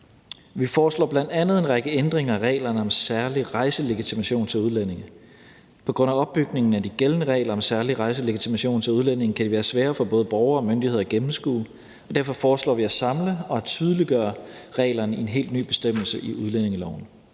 Vi foreslår bl.a. en række ændringer af reglerne om særlig rejselegitimation til udlændinge. På grund af opbygningen af de gældende regler om særlig rejselegitimation til udlændinge kan de være svære for både borgere og myndigheder at gennemskue, og derfor foreslår vi at samle og tydeliggøre reglerne i en helt ny bestemmelse i udlændingeloven.